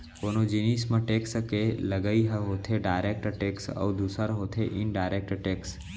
कोनो जिनिस म टेक्स के लगई ह होथे डायरेक्ट टेक्स अउ दूसर होथे इनडायरेक्ट टेक्स